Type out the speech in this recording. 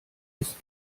ist